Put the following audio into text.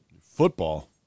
Football